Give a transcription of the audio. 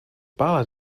ballad